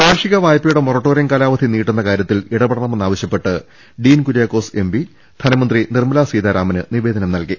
കാർഷിക വായ്പയുടെ മൊറട്ടോറിയം കാലാവധി നീട്ടുന്ന കാര്യ ത്തിൽ ഇടപെടമെന്നാവശ്യപ്പെട്ട് ഡീൻ കുര്യാക്കോസ് എംപി ധന മന്ത്രി നിർമ്മലാ സീതാരാമന് നിവേധനം നൽകി